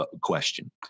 question